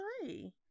three